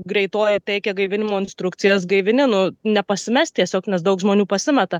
greitoji teikia gaivinimo instrukcijas gaivini nu nepasimest tiesiog nes daug žmonių pasimeta